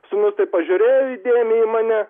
sūnus taip pažiūrėjo įdėmiai į mane